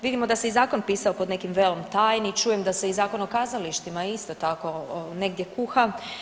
Vidimo da se i zakon pisao pod nekim velom tajni, čujem da se i Zakon o kazalištima isto tako negdje kuha.